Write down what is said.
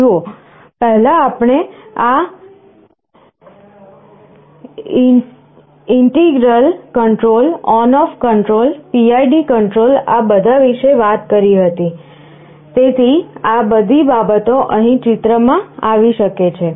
જુઓ પહેલાં આપણે આ integral control ON OFF control PID control આ બધા વિશે વાત કરી હતી તેથી આ બધી બાબતો અહીં ચિત્રમાં આવી શકે છે